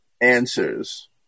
answers